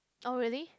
oh really